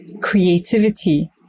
creativity